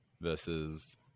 versus